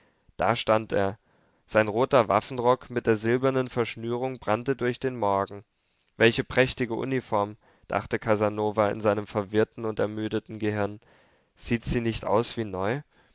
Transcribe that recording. da stand er sein roter waffenrock mit der silbernen verschnürung brannte durch den morgen welche prächtige uniform dachte casanova in seinem verwirrten und ermüdeten gehirn sieht sie nicht aus wie neu